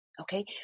Okay